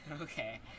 Okay